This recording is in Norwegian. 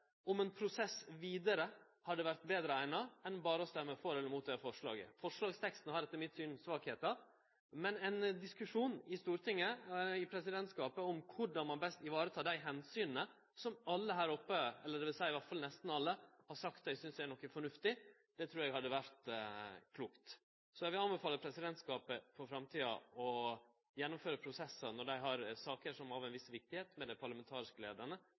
om ein prosess vidare hadde vore betre eigna enn berre å stemme for eller mot forslaget. Forslagsteksten har etter mitt syn svakheiter. Ein diskusjon i presidentskapet i Stortinget om korleis ein best varetek dei omsyna som alle her oppe – eller dvs. i alle fall nesten alle – har sagt dei synest er fornuftig, trur eg hadde vore klokt. Eg vil anbefale presidentskapet for framtida å gjennomføre prosessar – når dei har saker av ei viss viktigheit – med dei parlamentariske